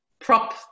prop